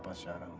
shout